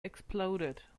exploded